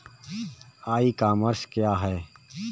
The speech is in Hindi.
ई कॉमर्स क्या है?